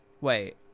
Wait